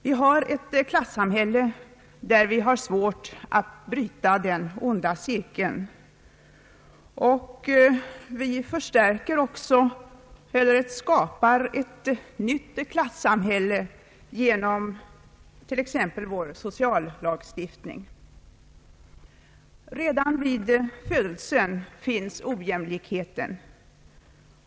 Vi har ett klassamhälle där det är svårt att bryta den onda cirkeln. Vi vidgar också klyftorna eller skapar ett nytt klassamhälle, t.ex. genom sociallagstiftningen. Redan vid födelsen finns ojämlikheten.